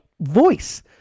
voice